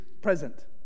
present